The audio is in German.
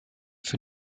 für